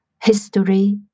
History